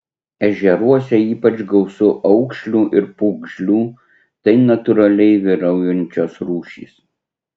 ežeruose ypač gausu aukšlių ir pūgžlių tai natūraliai vyraujančios rūšys